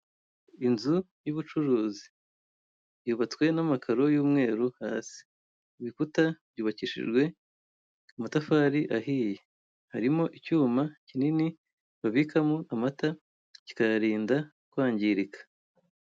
Inzu y'ubucuruzi, yubatswe n'amakaro y'umweru hasi, ibikuta byubakishijwe amatafari ahiye, harimo icyuma kinini babikamo amata, kikayarinda kwangirika.